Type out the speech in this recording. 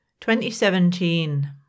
2017